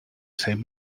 same